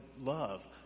love